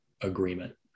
Agreement